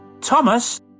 Thomas